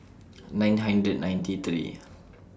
nine hundred ninety three